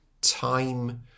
time